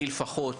לי לפחות,